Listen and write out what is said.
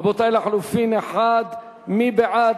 רבותי, מי בעד?